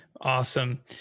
Awesome